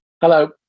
Hello